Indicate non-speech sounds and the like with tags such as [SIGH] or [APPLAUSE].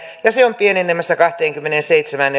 ja se on pienenemässä kahteenkymmeneenseitsemään [UNINTELLIGIBLE]